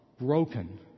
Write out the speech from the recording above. broken